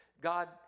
God